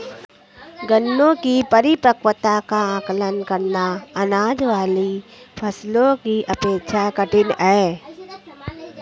गन्ने की परिपक्वता का आंकलन करना, अनाज वाली फसलों की अपेक्षा कठिन है